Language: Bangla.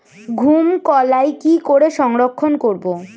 মুঘ কলাই কি করে সংরক্ষণ করব?